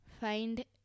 find